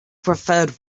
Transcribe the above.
preferred